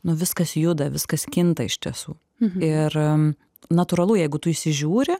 nu viskas juda viskas kinta iš tiesų ir natūralu jeigu tu įsižiūri